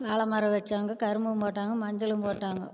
வாழமரம் வச்சாங்க கரும்பும் போட்டாங்கள் மஞ்சளும் போட்டாங்கள்